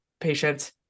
patients